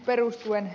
luultavasti